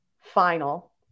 final